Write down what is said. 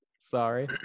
sorry